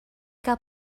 gael